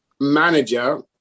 manager